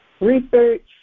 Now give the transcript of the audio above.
research